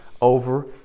over